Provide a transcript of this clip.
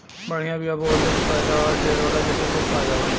बढ़िया बिया बोवले से पैदावार ढेर होला जेसे खूब फायदा होई